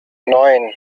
neun